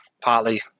Partly